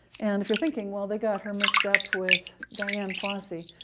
and if you're thinking, well, they got her mixed up with diane fossey,